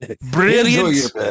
Brilliant